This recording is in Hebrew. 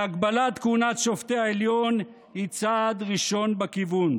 להגבלת כהונת שופטי העליון, היא צעד ראשון בכיוון.